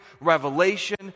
revelation